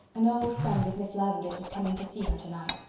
an old friend of miss lavendar's is coming to see her tonight.